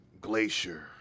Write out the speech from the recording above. Glacier